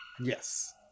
Yes